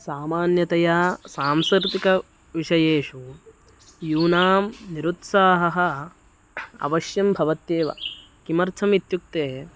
सामान्यतया सांस्कृतिकविषयेषु यूनां निरुत्साहः अवश्यं भवत्येव किमर्थमित्युक्ते